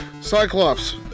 Cyclops